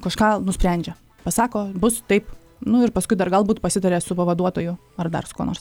kažką nusprendžia pasako bus taip nu ir paskui dar galbūt pasitaria su pavaduotoju ar dar su kuo nors